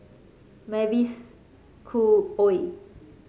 Mavis Khoo Oei